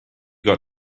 got